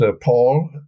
Paul